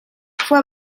fue